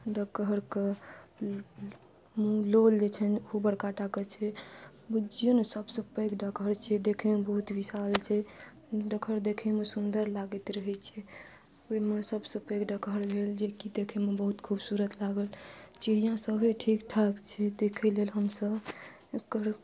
डकहरके लोल जे छै ओ बड़काटाके छै बुझियौ ने सब सऽ पैघ डकहर छै देखैमे बहुत विशाल छै डकहर देखैमे सुन्दर लागैत रहै छै ओहिमे सब सऽ पैघ डकहर भेल जेकि देखैमे बहुत खूबसूरत लागल चिड़िआ सभे ठीक ठाक छै देखै लेल हमसब एकर